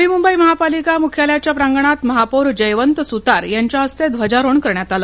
नवी मंबई महानगरपालिका मुख्यालयाच्या प्रांगणात महापौर जयवंत सुतार यांच्या हस्ते ध्वजारोहण करण्यात आलं